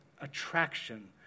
attraction